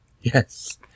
Yes